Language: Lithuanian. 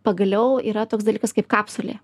pagaliau yra toks dalykas kaip kapsulė